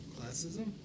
Classism